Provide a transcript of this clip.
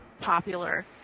popular